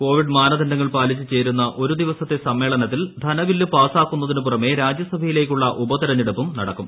Covid മാനദണ്ഡങ്ങൾ പാലിച്ച് ചേരുന്ന ഒരു ദിവസത്തെ സമ്മേളനത്തിൽ ധനബില്ല് പാസ്സാക്കുന്നതിന് പുറമെ രാജ്യസഭയിലേക്കുള്ള ഉപതെരഞ്ഞെടുപ്പും നടക്കും